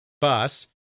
bus